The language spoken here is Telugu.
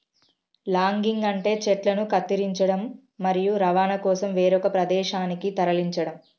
లాగింగ్ అంటే చెట్లను కత్తిరించడం, మరియు రవాణా కోసం వేరొక ప్రదేశానికి తరలించడం